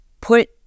put